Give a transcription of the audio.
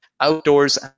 outdoors